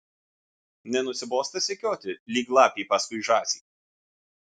nenusibosta sekioti lyg lapei paskui žąsį